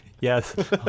Yes